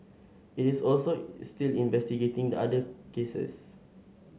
it is also still investigating the other cases